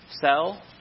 Sell